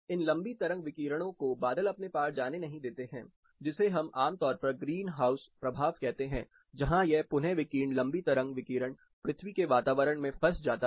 इन लंबी तरंग विकिरणों को बादल अपने पार जाने नहीं देते हैं जिसे हम आम तौर पर ग्रीन हाउस प्रभाव कहते हैं जहाँ यह पुनःविकीर्ण लंबी तरंग विकिरण पृथ्वी के वातावरण में फंस जाता है